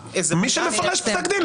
מי שמפרש את פסק הדין.